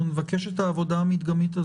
מתוך העצורים,